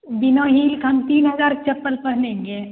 बिना हील का हम तीन हज़ार का चप्पल पहनेंगे